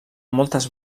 moltes